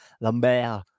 Lambert